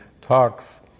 talks